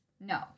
No